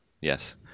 Yes